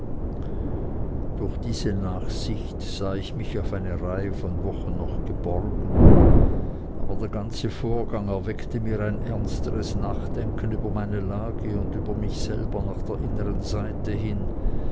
durch diese nachsicht sah ich mich auf eine reihe von wochen noch geborgen aber der ganze vorgang erweckte mir ein ernsteres nachdenken über meine lage und über mich selbst nach der inneren seite hin